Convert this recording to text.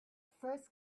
first